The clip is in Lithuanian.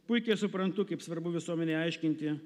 puikiai suprantu kaip svarbu visuomenei aiškinti